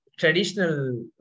traditional